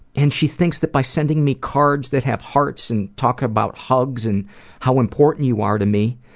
and she thinks that by sending me cards that have hearts and talking about hugs and how important you are to me,